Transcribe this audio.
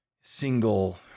single